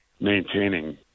maintaining